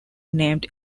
named